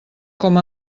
com